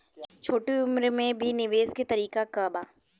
छोटी उम्र में भी निवेश के तरीका क बा?